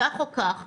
כך או כך,